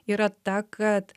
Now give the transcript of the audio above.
yra ta kad